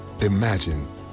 Imagine